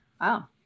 Wow